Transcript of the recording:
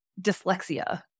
dyslexia